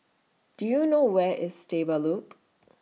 Do YOU know Where IS Stable Loop